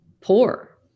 poor